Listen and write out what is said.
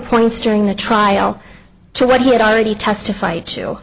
points during the trial to what he had already testif